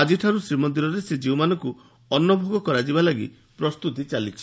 ଆଜିଠାରୁ ଶ୍ରୀମନ୍ଦିରରେ ଶ୍ରୀଜୀଉମାନଙ୍କୁ ଅନ୍ନଭୋଗ କରାଯିବା ଲାଗି ପ୍ରସ୍ଫୁତି ଚାଲିଛି